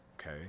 okay